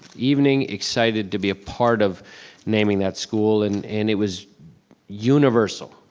evening, excited to be a part of naming that school, and and it was universal.